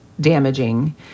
damaging